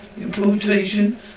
importation